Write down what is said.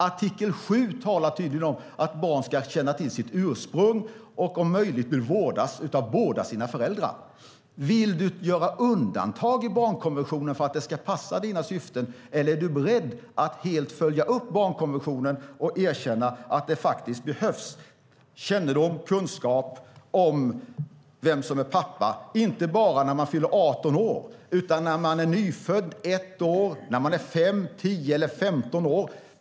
Artikel 7 talar tydligt om att barn ska känna till sitt ursprung och om möjligt vårdas av båda sina föräldrar. Vill du göra undantag i barnkonventionen för att det ska passa dina syften, eller är du beredd att helt följa barnkonventionen och erkänna att det behövs kännedom och kunskap om vem som är pappa? Det gäller inte bara när man fyller 18 år utan när man är nyfödd, 1 år, 5, 10 eller 15 år.